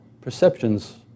perceptions